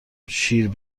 شیر